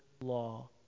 law